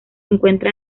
encuentra